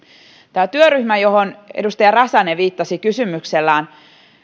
tämä työryhmä johon edustaja räsänen viittasi kysymyksellään